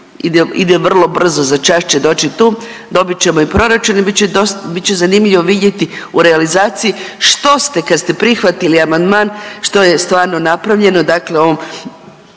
ide vrlo brzo, za čas će doći tu. Dobit ćemo i proračun i bit će zanimljivo vidjeti u realizaciji što ste kad ste prihvatili amandman što je stvarno napravljeno,